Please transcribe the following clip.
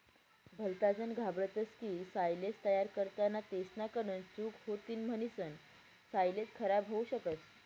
भलताजन घाबरतस की सायलेज तयार करताना तेसना कडून चूक होतीन म्हणीसन सायलेज खराब होवू शकस